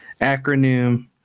acronym